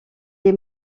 est